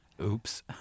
Oops